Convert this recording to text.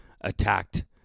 attacked